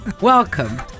welcome